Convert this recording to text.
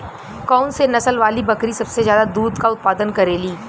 कौन से नसल वाली बकरी सबसे ज्यादा दूध क उतपादन करेली?